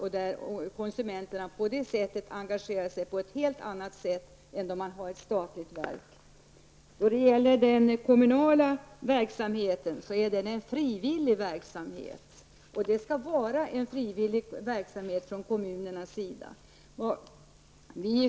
Därmed engagerar sig också konsumenterna på ett helt annat sätt än som blir fallet med ett statligt verk. Den kommunala verksamheten är en frivillig verksamhet, och det skall också vara en sådan från kommunernas sida.